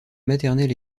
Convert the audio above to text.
maternelle